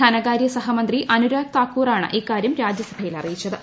ധനകാര്യ സഹമന്ത്രി അനുരാജ് താക്കൂറാണ് ഇക്കാര്യം രാജ്യസഭയിൽ അറിയിച്ചത്